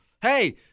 Hey